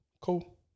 Cool